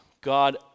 God